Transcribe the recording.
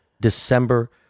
December